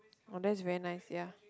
oh that's very nice ya